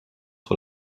sur